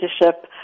leadership